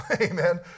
Amen